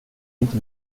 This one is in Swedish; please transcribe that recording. inte